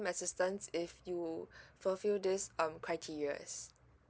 assistance if you fulfill this um criterias